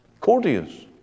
Courteous